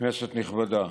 כנסת נכבדה,